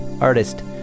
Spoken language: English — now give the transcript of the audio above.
artist